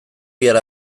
bihar